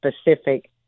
specific